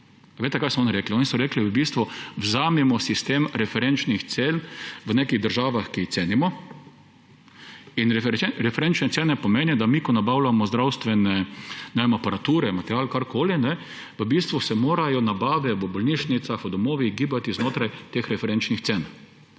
rekli? Oni so rekli, v bistvu vzemimo sistem referenčnih cen v nekih državah, ki jih cenimo, in referenčne cene pomenijo, da ko mi nabavljamo zdravstvene aparature, material, karkoli, v bistvu se morajo nabave v bolnišnicah, v domovih gibati znotraj teh referenčnih cen.